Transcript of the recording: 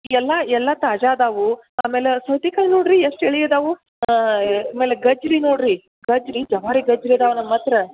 ಎಲ್ಲ ಎಲ್ಲ ತಾಜಾ ಅದವೆ ಆಮ್ಯಾಲೆ ಸೌತೆಕಾಯಿ ನೋಡಿರಿ ಎಷ್ಟು ಎಳೆ ಅದವೆ ಆಮೇಲೆ ಗಜ್ಜರಿ ನೋಡಿರಿ ಗಜ್ಜರಿ ಜವಾರಿ ಗಜ್ಜರಿ ಅದವೆ ನಮ್ಮ ಹತ್ರ